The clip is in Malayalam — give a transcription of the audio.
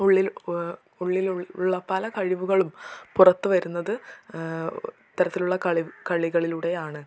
ഉള്ളിൽ ഉള്ളിലുള്ള പല കഴിവുകളും പുറത്ത് വരുന്നത് ഇത്തരത്തിലുള്ള കളികളിലൂടെയാണ്